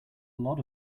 lot